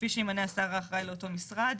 כפי שימנה השר האחראי לאותו משרד,